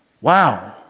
Wow